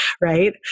right